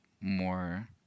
more